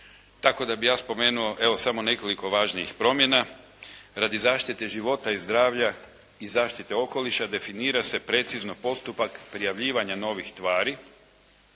tako da bi ja spomenuo evo samo nekoliko važnih promjena, radi zaštite života i zdravlja i zaštite okoliša definira se precizno postupak prijavljivanja novih tvari,